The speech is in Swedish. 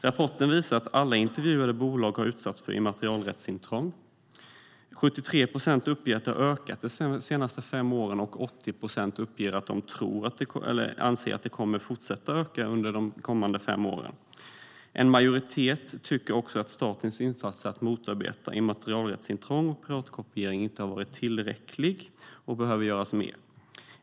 Rapporten visar att alla intervjuade bolag har utsatts för immaterialrättsintrång. 73 procent uppger att det har ökat de senaste fem åren, och 80 procent uppger att de tror att det kommer att fortsätta att öka under de kommande fem åren. En stor majoritet tycker också att statens insatser för att motarbeta immaterialrättsintrång och piratkopiering inte har varit tillräckliga och att det behöver göras mer.